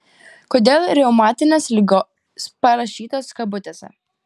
kodėl reumatinės ligos parašytos kabutėse